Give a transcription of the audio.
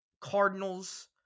Cardinals